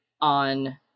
on